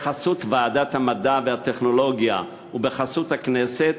בחסות ועדת המדע והטכנולוגיה ובחסות הכנסת,